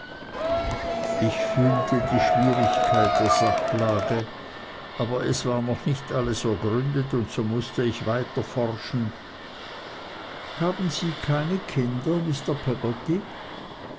ich fühlte die schwierigkeit der sachlage aber es war noch nicht alles ergründet und so mußte ich doch weiter forschen haben sie keine kinder mr